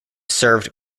served